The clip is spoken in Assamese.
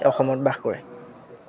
অসমত বাস কৰে